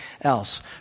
else